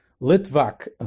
Litvak